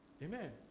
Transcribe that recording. Amen